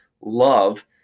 love